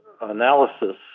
analysis